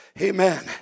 Amen